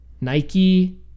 Nike